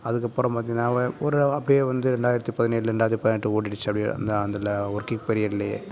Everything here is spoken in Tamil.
அதுக்கப்புறம் பார்த்தீங்கன்னா ஒரே ஒரு அப்டியே வந்து ரெண்டாயிரத்தி பதினேழு ரெண்டாயிரத்தி பதினெட்டு ஓடிடுச்சி அப்படியே அந்த அந்தல ஒர்க்கிங் பீரியட்லேயே